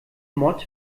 mod